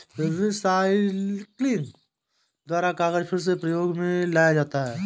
recycling द्वारा कागज फिर से प्रयोग मे लाया जा सकता है